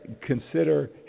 Consider